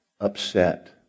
upset